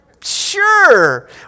sure